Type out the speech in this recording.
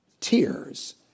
tears